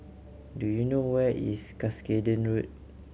do you know where is Cuscaden Road